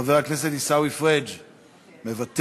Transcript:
חבר הכנסת עיסאווי פריג' מוותר,